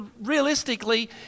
realistically